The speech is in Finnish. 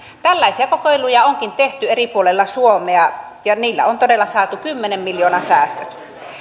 tällaisia kokeiluja onkin tehty eri puolilla suomea ja niillä on todella saatu kymmenen miljoonan säästöt